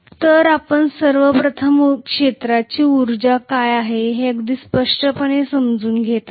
तर आपण सर्व प्रथम क्षेत्राची उर्जा काय हे अगदी स्पष्टपणे समजून घेत आहोत